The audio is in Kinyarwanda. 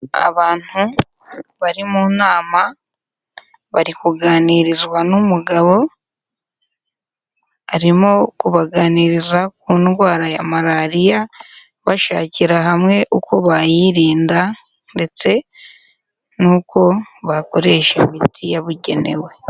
Abantu bari mu nama, bari kuganirizwa n'umugabo, arimo kubaganiriza ku ndwara ya malariya bashakira hamwe uko bayirinda ndetse n'uko bakoresha imiti yabugenewe.